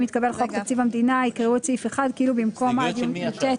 אם יתקבל חוק תקציב המדינה יקראו את סעיף 1 כאילו במקום עד יום י"ט